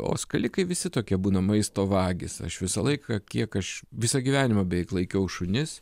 o skalikai visi tokie būna maisto vagys aš visą laiką kiek aš visą gyvenimą beveik laikiau šunis